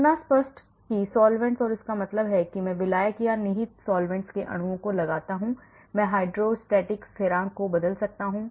इतना स्पष्ट सॉल्वैंट्स और इसका मतलब है कि मैं विलायक और या निहित सॉल्वैंट्स के अणुओं को लगाता हूं मैं डाइलेक्ट्रिक स्थिरांक को बदल सकता हूं